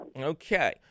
Okay